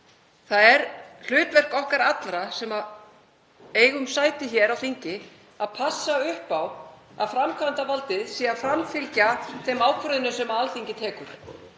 Það er hlutverk okkar allra sem eigum sæti hér á þingi að passa upp á að framkvæmdarvaldið framfylgi þeim ákvörðunum sem Alþingi tekur.